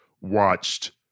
watched